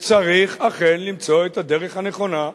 וצריך אכן למצוא את הדרך הנכונה,